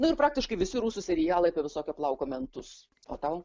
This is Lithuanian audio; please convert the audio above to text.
nu ir praktiškai visi rusų serialai apie visokio plauko mentus o tau